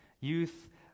Youth